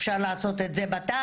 אשר לעשות את זה בתע"ס,